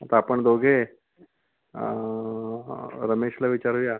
आता आपण दोघे रमेशला विचारूया